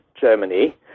Germany